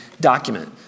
document